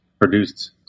produced